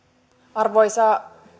arvoisa